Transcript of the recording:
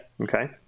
okay